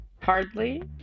Hardly